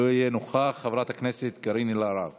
יושב-ראש הליכוד, סליחה, חבר הכנסת מיקי מכלוף